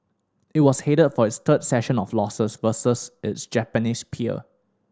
it was headed for its third session of losses versus its Japanese peer